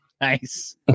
nice